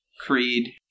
Creed